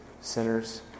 sinners